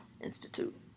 Institute